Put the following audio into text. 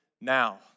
now